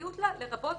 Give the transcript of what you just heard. "אחריות לה" לרבות